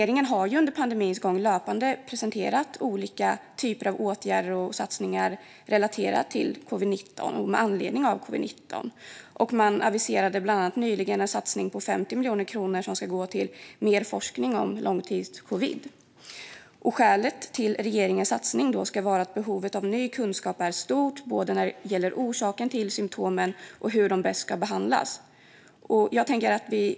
Under pandemins gång har regeringen löpande presenterat olika åtgärder och satsningar med anledning av covid-19. Och man aviserade nyligen en satsning på 50 miljoner kronor som ska gå till mer forskning om långtidscovid. Skälet till regeringens satsning ska vara att behovet av ny kunskap är stort när det gäller både orsaken till symtomen och hur de bäst ska behandlas.